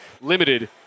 limited